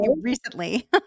recently